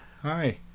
hi